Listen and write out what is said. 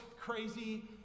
crazy